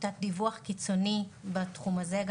נמצאים במצב של תת דיווח קיצוני בתחום הזה.